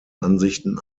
ansichten